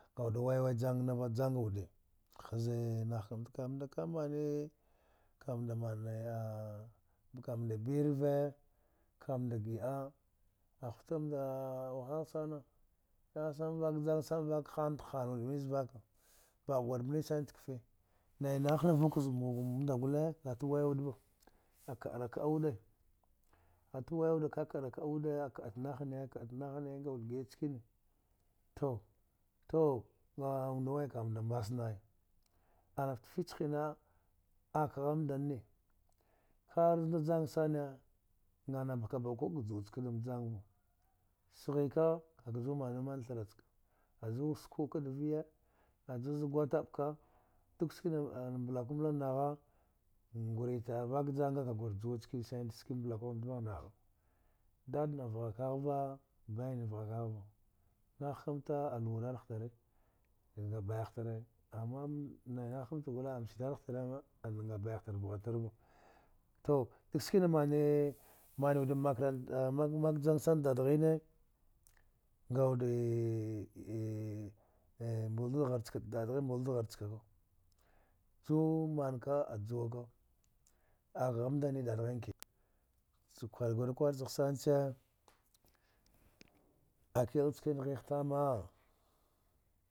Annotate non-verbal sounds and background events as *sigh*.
Ngawud ɗa wai wai jangnavau jang wude haze nah kamta kumnɗa ka mani kamnda mane a kamnd bi rve kamnd gi’a ahutamndaa wahaisana kfe nai nahna vuk zamnd gule ngata waya wuɗ va akia ra ka’a wude ata waya wud ka ka’a ra ka’a wude aka’at nah ne ka’at nah ne kaud gi’a chkani tu, tuw *hesitation* kamnda mwasnaya anafta fich hina ak ghamndane har znda janga sane ngana pkaba ku;o kajuwa chak dam jangva sghika kaka ju manuman tharach ka aju wus ku’a ka dviye a ju, za gwataɓka duk skina anamblaku mbla nagha ngurit a vak janga kagurjuwa chkani sanind ɗa ski mbbiaku mdvagh nagha dad na navgh kagh va bai navgha kagh vagh nah kamta a luwa dadagh tare zga bayah tare ama nai nah kamta gule amchi nga bayah tar vgha tarva tudakskina mani mani wud makrant mak jang sana dadghine ngawude *hesitation* dadghin mbaidu ghar chkavau jumanka ajuwa ka a ghamndane dadghin ki neka kwar guri kwar chagh sana che *noise* akil chkana ghigh tama.